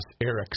Eric